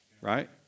right